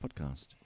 Podcast